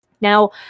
Now